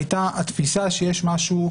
הייתה התפיסה שיש משהו,